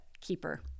keeper